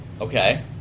Okay